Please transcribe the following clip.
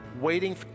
waiting